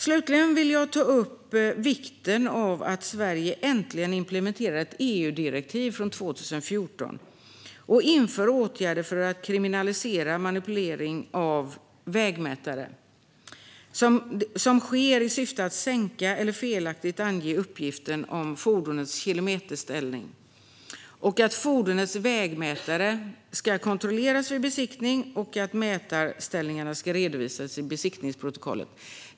Slutligen vill jag ta upp vikten av att Sverige äntligen implementerar ett EU-direktiv från 2014 och vidtar åtgärder för att kriminalisera manipulering av vägmätare som sker i syfte att sänka eller felaktigt ange uppgiften om fordonets kilometerställning samt för att fordonets vägmätare ska kontrolleras vid besiktning och mätarställningarna redovisas i besiktningsprotokollet.